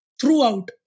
throughout